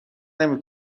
نمی